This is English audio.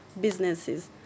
businesses